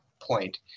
point